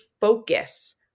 focus